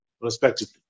respectively